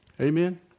Amen